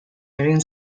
egin